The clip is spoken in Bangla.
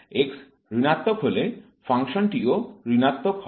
x ঋণাত্মক হলে ফাংশনটি ও ঋণাত্মক হবে